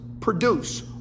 produce